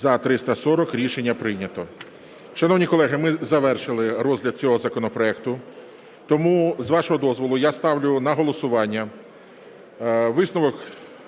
За-343 Рішення прийнято.